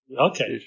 Okay